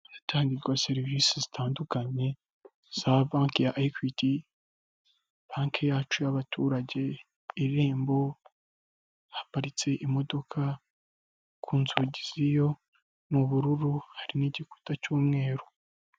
Ahatangirwa serivisi zitandukanye za Banki ya Equity, banki yacu y'abaturage, irembo, haparitse imodoka ku nzugi ziyo ni bururu hari n'igikuta cy'umweru.